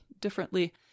differently